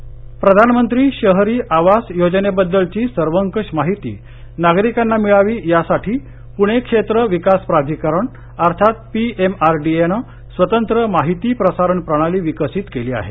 आवास योजना प्रधानमंत्री शहरी आवास योजनेबद्दलची सर्वकष माहिती नागरिकांना मिळावी यासाठी पुणे क्षेत्र विकास प्राधिकरण अर्थात P M R D A ने स्वतंत्र माहिती प्रसारण प्रणाली विकसित केली आहे